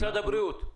משרד הבריאות.